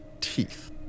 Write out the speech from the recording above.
teeth